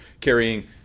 Carrying